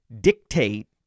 dictate